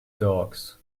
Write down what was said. dogs